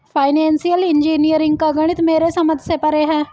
financial engineering का गणित मेरे समझ से परे है